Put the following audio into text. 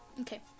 Okay